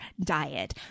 diet